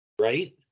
right